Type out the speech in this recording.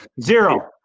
Zero